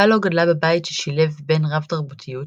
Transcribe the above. קאלו גדלה בבית ששילב בין רב-תרבותיות,